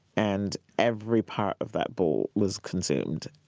and every part of that bull was consumed.